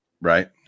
Right